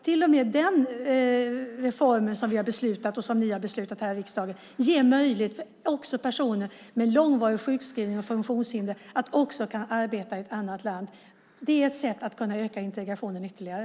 Till och med den reformen, som vi har beslutat och som ni har beslutat här i riksdagen, ger möjlighet också för personer med långvarig sjukskrivning och funktionshindrade att arbeta i ett annat land. Det är ett sätt att kunna öka integrationen ytterligare.